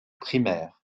primaire